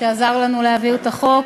שעזר לנו להעביר את החוק,